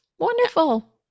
wonderful